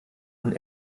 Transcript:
und